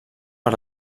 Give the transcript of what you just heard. per